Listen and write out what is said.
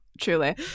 truly